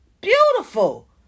beautiful